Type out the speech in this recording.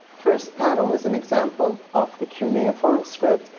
first panel is an example of the cuneiform script.